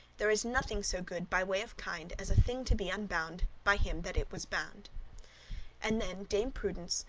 there is nothing so good by way of kind, as a thing to be unbound by him that it was bound and then dame prudence,